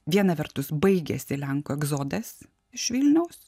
viena vertus baigiasi lenkų egzodas iš vilniaus